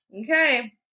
Okay